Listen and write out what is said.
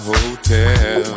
Hotel